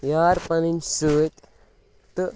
یار پَنٕنۍ سۭتۍ تہٕ